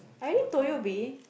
I already told you B